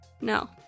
No